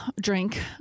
Drink